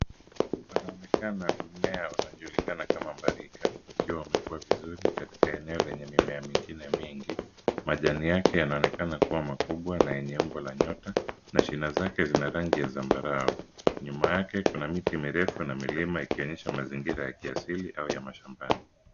Panaonekana mmea unajulikana kama mbarika, ukiwa umekuwa vizuri katika eneo lenye mimea mingi. Majani yake yanaonekana kuwa makubwa na yenye umbo la nyota na shina zake zina rangi ya zambarau. Nyuma yake kuna miti mirefu na milima ikionyesha mazingira ya kiasili au ya mashambani.